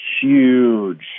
huge